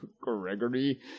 Gregory